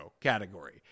category